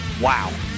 Wow